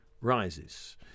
Rises